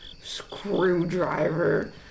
screwdriver